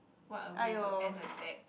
what a way to end a deck